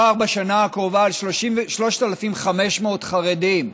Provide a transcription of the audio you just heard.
בשנה הקרובה מדובר על 3,500 חרדים.